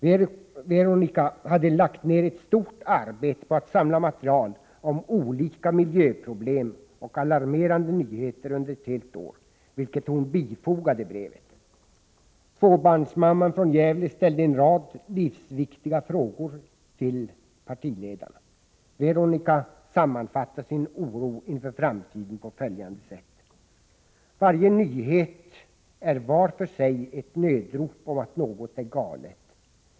Veronica Wikholm hade lagt ner ett stort arbete på att samla material om olika miljöproblem och alarmerande nyheter under ett helt år, vilket hon bifogade brevet. Tvåbarnsmamman från Gävle ställde en rad livsviktiga frågor till partiledarna. Veronica Wikholm sammanfattar sin oro inför framtiden på följande sätt: ”Varje nyhet är var för sig ett nödrop om att något är galet.